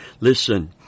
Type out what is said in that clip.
Listen